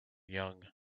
young